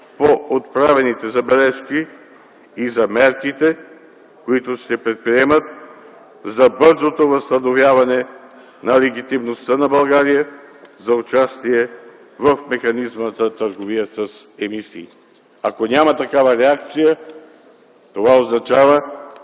по отправените забележки и за мерките, които се предприемат за бързото възстановяване на легитимността на България за участие в механизма за търговия с емисии. Ако няма такава реакция, това означава,